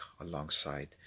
alongside